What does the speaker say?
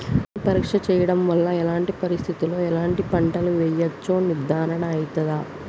భూమి పరీక్ష చేయించడం వల్ల ఎలాంటి పరిస్థితిలో ఎలాంటి పంటలు వేయచ్చో నిర్ధారణ అయితదా?